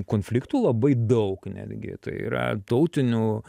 konfliktų labai daug netgi tai yra tautinių